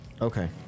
Okay